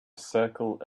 circle